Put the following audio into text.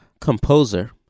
composer